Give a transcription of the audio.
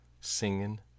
singing